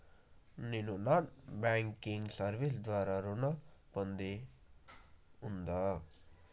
నేను non banking service ద్వారా ఋణం పొందే అర్హత ఉందా?